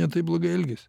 ne taip blogai elgias